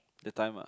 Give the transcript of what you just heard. that time ah